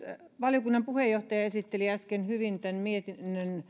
valiokunnan puheenjohtaja esitteli äsken hyvin tämän mietinnön